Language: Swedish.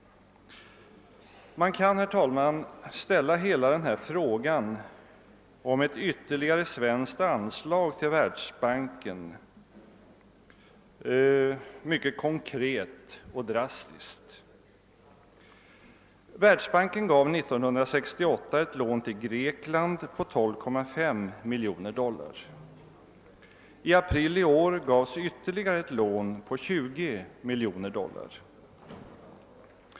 Man kan ställa hela frågan om ytter "ligare svenskt anslag till världsbankens grundfond mycket konkret och drastiskt. Världsbanken gav 1968 ett lån till Grekland på 12,5 miljoner dollar. I april i år beviljades ytterligare ett lån på 20 miljoner dollar.